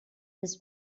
this